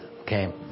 okay